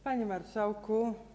Panie Marszałku!